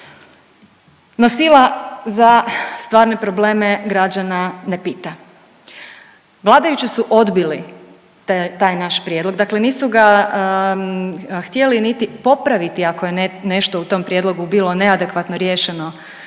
No sila za stvarne probleme građana ne pita. Vladajući su odbili taj naš prijedlog, dakle nisu ga htjeli niti popraviti ako je nešto u tom prijedlogu bilo neadekvatno riješeno